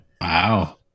Wow